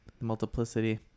multiplicity